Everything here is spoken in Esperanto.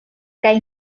kaj